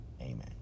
Amen